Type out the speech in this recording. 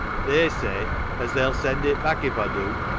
they say as they'll send it back if aw dew.